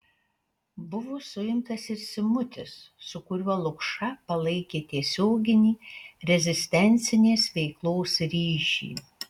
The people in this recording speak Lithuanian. buvo suimtas ir simutis su kuriuo lukša palaikė tiesioginį rezistencinės veiklos ryšį